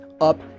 up